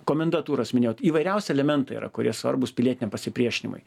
komendantūras minėjot įvairiausi elementai yra kurie svarbūs pilietiniam pasipriešinimui